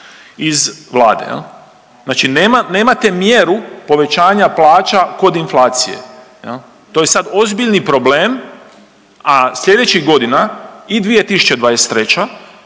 iz Vlade jel. Znači nema, nemate mjeru povećanja plaća kod inflacije jel, to je sad ozbiljni problem, a slijedećih godina i 2023.